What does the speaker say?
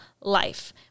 life